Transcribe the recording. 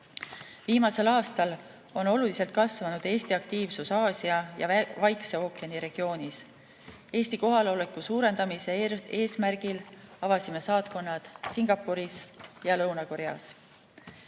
Viimasel aastal on oluliselt kasvanud Eesti aktiivsus Aasia ja Vaikse ookeani regioonis. Eesti kohaloleku suurendamise eesmärgil avasime saatkonnad Singapuris ja Lõuna-Koreas.